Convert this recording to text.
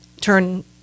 turn